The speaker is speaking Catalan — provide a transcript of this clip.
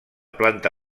planta